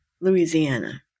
Louisiana